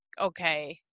okay